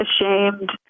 ashamed